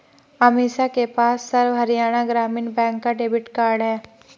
अमीषा के पास सर्व हरियाणा ग्रामीण बैंक का डेबिट कार्ड है